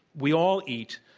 we all eat,